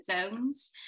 zones